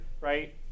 right